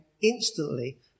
instantly